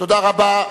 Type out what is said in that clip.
תודה רבה.